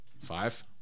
Five